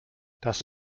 das